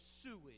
sewage